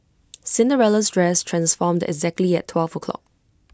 Cinderella's dress transformed exactly at twelve o'clock